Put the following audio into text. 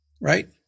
right